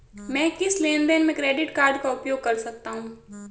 मैं किस लेनदेन में क्रेडिट कार्ड का उपयोग कर सकता हूं?